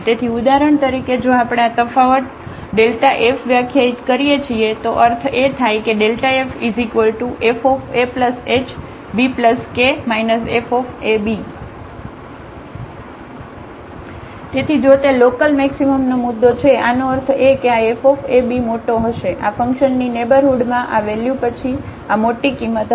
તેથી ઉદાહરણ તરીકે જો આપણે આ તફાવત Δ f વ્યાખ્યાયિત કરીએ છીએ અર્થ એ થાય કે ffahbk fab તેથી જો તે લોકલમેક્સિમમનો મુદ્દો છે આનો અર્થ એ કે આ fabમોટો હશે આ ફંક્શનની નેઇબરહુડમાં આ વેલ્યુ પછી આ મોટી કિંમત હશે